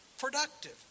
productive